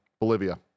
Bolivia